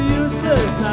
useless